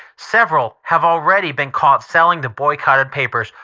several have already been caught selling the boycotted papers,